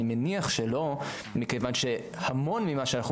אני מניח שלא מכיוון שהמון ממה שאנחנו